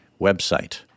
website